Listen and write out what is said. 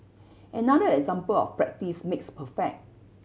another example of practice makes perfect